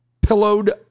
pillowed